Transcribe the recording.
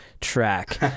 track